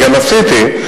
וגם עשיתי,